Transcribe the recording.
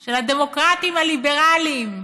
של הדמוקרטים הליברלים,